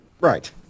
Right